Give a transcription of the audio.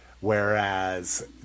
whereas